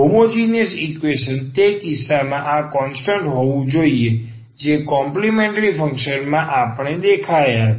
homogeneous equation તે કિસ્સામાં આ કોન્સ્ટન્ટ હોવું જોઈએ જે કોમ્પલિમેન્ટ્રી ફંક્શન માં આપણે દેખાયા હતા